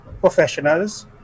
professionals